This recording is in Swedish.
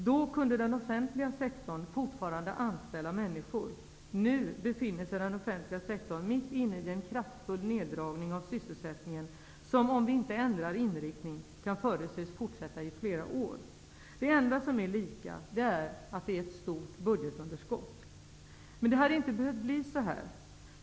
Då kunde den offentliga sektorn fortfarande anställa människor. Nu befinner sig den offentliga sektorn mitt inne i en kraftfull neddragning av sysselsättningen som, om vi inte ändrar inriktning, kan förutses fortsätta i flera år. Det enda som är lika är att det finns ett stort budgetunderskott. Det hade inte behövt bli så här.